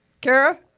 Kara